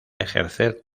ejercer